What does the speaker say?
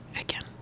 again